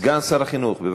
סגן שר החינוך.